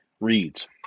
reads